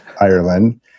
Ireland